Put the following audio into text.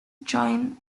join